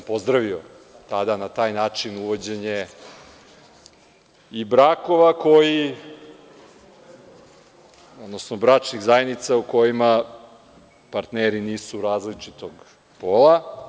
Pozdravio sam tada na taj način uvođenje i brakova, odnosno bračnih zajednica u kojima partneri nisu različitog pola.